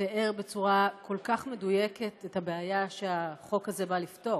שתיאר בצורה כל כך מדויקת את הבעיה שהחוק הזה נועד לפתור.